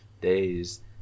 days